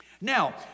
Now